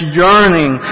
yearning